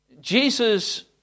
Jesus